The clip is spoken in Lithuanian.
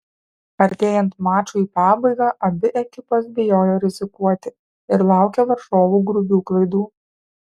artėjant mačui į pabaigą abi ekipos bijojo rizikuoti ir laukė varžovų grubių klaidų